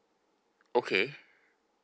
okay